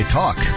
talk